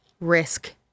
risk